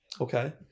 okay